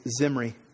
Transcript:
Zimri